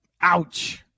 ouch